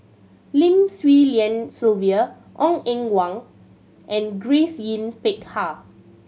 Lim Swee Lian Sylvia Ong Eng Guan and Grace Yin Peck Ha